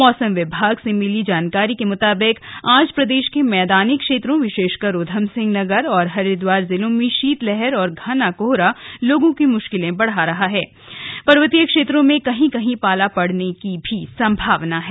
मौसम विभाग से मिली जानकारी के अनुसार आज प्रदेश के मैदानी क्षेत्रों विशेषकर ऊधमसिंहनगर और हरिद्वार जिलों में शीतलहर और घना कोहरा लोगों की मुश्किलें बढ़ा सकते हैं पर्वतीय क्षेत्रों में कहीं कहीं पाला पड़ने की भी संभावना है